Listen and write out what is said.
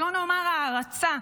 שלא לומר הערצה,